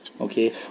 Okay